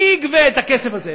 מי יגבה את הכסף הזה?